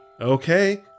Okay